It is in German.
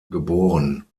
geboren